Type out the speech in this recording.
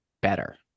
better